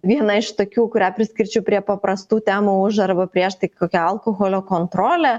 viena iš tokių kurią priskirčiau prie paprastų temų už arba prieš tai kokia alkoholio kontrolė